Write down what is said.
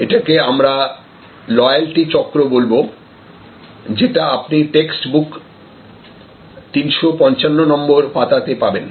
এটাকে আমরা লয়াল্টি চক্র বলব যেটা আপনি টেক্সটবুক 355 নাম্বার পাতা তে পাবেন